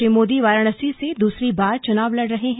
श्री मोदी वाराणसी से दूसरी बार चुनाव लड़ रहे हैं